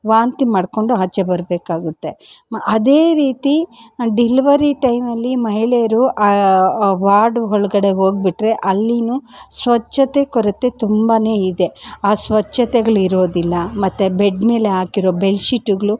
ವಾಂತಿ ಮಾಡಿಕೊಂಡು ಆಚೆ ಬರಬೇಕಾಗುತ್ತೆ ಅದೇ ರೀತಿ ಡೆಲಿವರಿ ಟೈಮಲ್ಲಿ ಮಹಿಳೆಯರು ಆ ವಾರ್ಡ್ ಒಳಗಡೆ ಹೋಗಿಬಿಟ್ರೆ ಅಲ್ಲಿಯೂ ಸ್ವಚ್ಛತೆ ಕೊರತೆ ತುಂಬನೇ ಇದೆ ಆ ಸ್ವಚ್ಛತೆಗಳಿರೋದಿಲ್ಲ ಮತ್ತೆ ಬೆಡ್ ಮೇಲಾಕಿರೋ ಬೆಡ್ಶೀಟುಗಳು